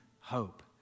hope